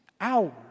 hours